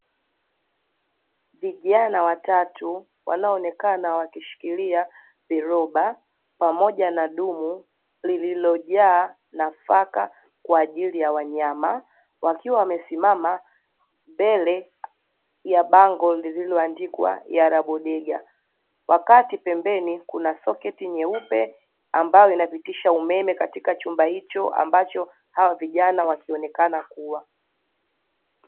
Vijana watatu wanaoonekana wakishikilia viroba, pamoja na dumu lililojaa nafaka kwa ajili ya wanyama, wakiwa wamesimama mbele ya bango lililoandikwa "yarabudiga". Wakati pembeni kuna soketi nyeupe, ambayo inapitisha umeme katika chumba hicho ambacho hawa vijana wakionekana kuwa.